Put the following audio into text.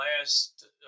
last